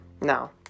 Now